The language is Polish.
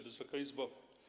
Wysoka Izbo!